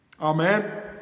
Amen